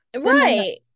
right